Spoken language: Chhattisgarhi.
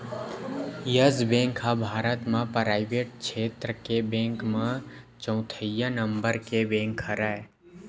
यस बेंक ह भारत म पराइवेट छेत्र के बेंक म चउथइया नंबर के बेंक हरय